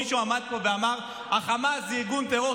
מישהו עמד פה ואמר: חמאס זה ארגון טרור,